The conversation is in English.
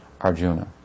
Arjuna